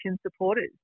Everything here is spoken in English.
supporters